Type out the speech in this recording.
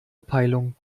peilung